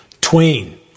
Twain